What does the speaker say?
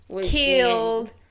killed